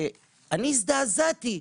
אני הזדעזעתי,